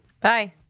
Bye